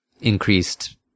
increased